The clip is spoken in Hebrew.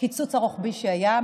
הקיצוץ הרוחבי שהיה.